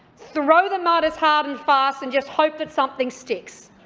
throw the mud as hard and fast, and just hope that something sticks.